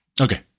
Okay